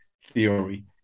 theory